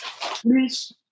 Please